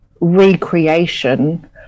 recreation